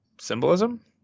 symbolism